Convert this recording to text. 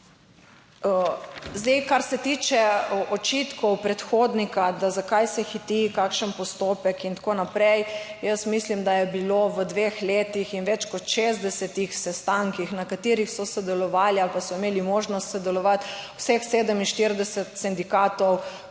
Zdaj, kar se tiče očitkov predhodnika, da zakaj se hiti, kakšen postopek in tako naprej. Jaz mislim, da je bilo v dveh letih in več kot 60 sestankih, na katerih so sodelovali ali pa so imeli možnost sodelovati, vseh 47 sindikatov